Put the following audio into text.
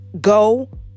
go